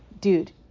dude